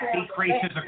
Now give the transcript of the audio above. decreases